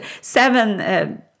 Seven